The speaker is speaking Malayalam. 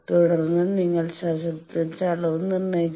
തുടർന്ന് നിങ്ങൾ സസെപ്റ്റൻസിന്റെ അളവ് നിർണ്ണയിക്കുക